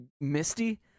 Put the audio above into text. misty